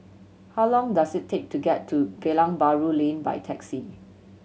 how long does it take to get to Geylang Bahru Lane by taxi